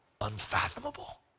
unfathomable